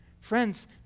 friends